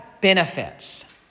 benefits